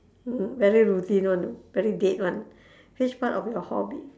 mm very routine [one] very dead one which part of your hobby